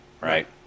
right